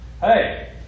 Hey